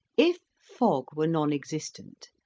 if fog were non-existent,